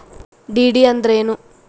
DD ಅಂದ್ರೇನು?